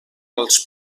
als